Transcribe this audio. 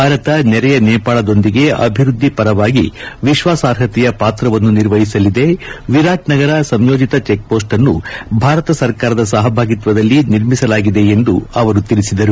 ಭಾರತ ನೆರೆಯ ನೇಪಾಳದೊಂದಿಗೆ ಅಭಿವೃದ್ಧಿ ಪರವಾಗಿ ವಿಶ್ವಾಸಾರ್ಹತೆಯ ಪಾತ್ರವನ್ನು ನಿರ್ವಹಿಸಲಿದೆ ವಿರಾಟ್ನಗರ್ ಸಂಯೋಜಿತ ಚೆಕ್ಮೋಸ್ಟ್ ಅನ್ನು ಭಾರತ ಸರ್ಕಾರದ ಸಹಭಾಗಿತ್ತದಲ್ಲಿ ನಿರ್ಮಿಸಲಾಗಿದೆ ಎಂದು ಅವರು ತಿಳಿಸಿದರು